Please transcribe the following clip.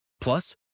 Plus